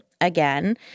again